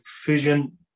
fusion